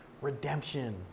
redemption